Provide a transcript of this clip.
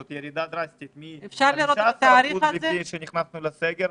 זו ירידה דרסטית מ-15% שהיינו לפני הסגר.